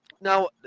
now